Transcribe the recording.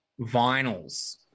Vinyls